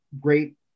great